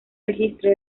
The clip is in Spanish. registro